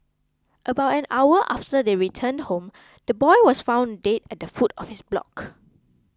about an hour after they returned home the boy was found dead at the foot of his block